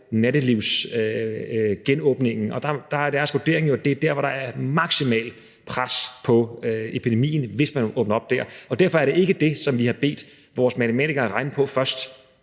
nattelivsgenåbningen ind. Og der er deres vurdering jo, at det er der, hvor der vil være maksimalt pres på epidemien, altså hvis man åbner op dér. Og derfor er det ikke det, som vi har bedt vores matematikere regne på først.